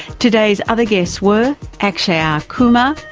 today's other guests were akshaya kumar,